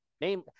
Name